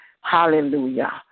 Hallelujah